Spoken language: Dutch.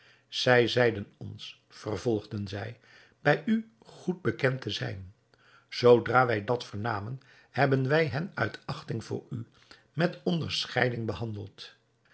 zij zeiden ons vervolgden zij bij u goed bekend te zijn zoodra wij dat vernamen hebben wij hen uit achting voor u met onderscheiding behandeld